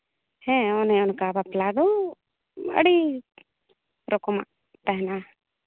ᱦᱮᱸ ᱚᱱᱮ ᱚᱱᱠᱟ ᱵᱟᱯᱞᱟ ᱟᱫᱚ ᱟᱹᱰᱤ ᱨᱚᱠᱚᱢᱟᱜ ᱛᱟᱦᱮᱱᱟ